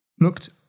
looked